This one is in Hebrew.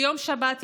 ביום שבת,